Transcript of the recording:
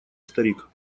старик